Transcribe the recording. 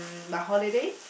mm holiday